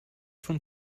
von